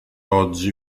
oggi